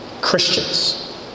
Christians